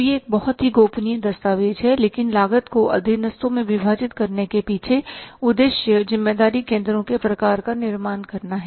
तो यह एक बहुत ही गोपनीय दस्तावेज़ है लेकिन लागत को अधीनस्थों में विभाजित करने के पीछे उद्देश्य ज़िम्मेदारी केंद्रों के प्रकार का निर्माण करना है